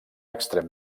extrem